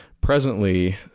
presently